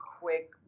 quick